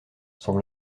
sont